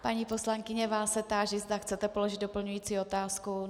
Paní poslankyně, vás se táži, zda chcete položit doplňující otázku.